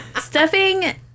Stuffing